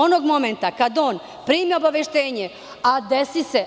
Onog momenta kada on primi obaveštenje,